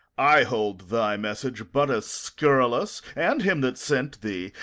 i hold thy message but as scurrilous, and him that sent thee,